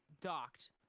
docked